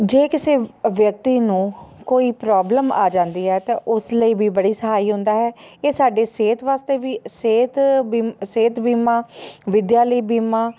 ਜੇ ਕਿਸੇ ਵਿਅਕਤੀ ਨੂੰ ਕੋਈ ਪ੍ਰੋਬਲਮ ਆ ਜਾਂਦੀ ਹੈ ਤਾਂ ਉਸ ਲਈ ਵੀ ਬੜੀ ਸਹਾਈ ਹੁੰਦਾ ਹੈ ਇਹ ਸਾਡੇ ਸਿਹਤ ਵਾਸਤੇ ਵੀ ਸਿਹਤ ਬੀ ਸਿਹਤ ਬੀਮਾ ਵਿੱਦਿਆ ਲਈ ਬੀਮਾ